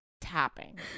tapping